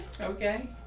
Okay